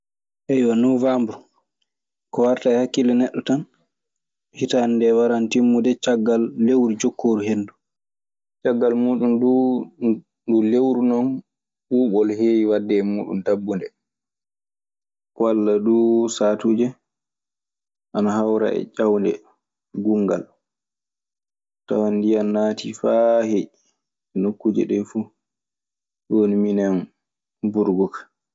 Noowambru, hitaande ndee waran timmude caggal lewru jokkooru hen nduu. Caggal muuɗun duu, ɗun lewru non ɓuuɓol heewi waɗde e muuɗun dabbunde. Walla duu saatuuje ana hawra e ñawle gungal. Tawan ndiyan naatii faa heƴi nokkuuje ɗee fu. Ɗun woni minen burgu ka.